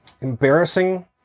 embarrassing